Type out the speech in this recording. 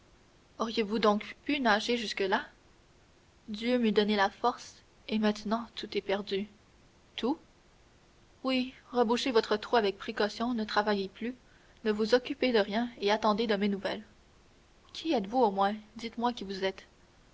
auriez-vous donc pu nager jusque-là dieu m'eût donné la force et maintenant tout est perdu tout oui rebouchez votre trou avec précaution ne travaillez plus ne vous occupez de rien et attendez de mes nouvelles qui êtes-vous au moins dites-moi qui vous êtes